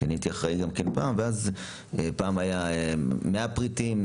עסקים פעם היו כ-100 פריטים,